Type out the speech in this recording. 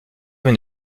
mais